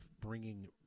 bringing